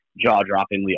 jaw-droppingly